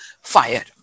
fire